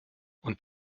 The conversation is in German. und